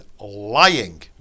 lying